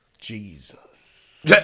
Jesus